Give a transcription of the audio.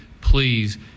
please